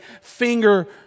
finger